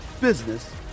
business